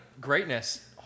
greatness